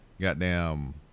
goddamn